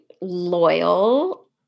loyal